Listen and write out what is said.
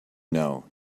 know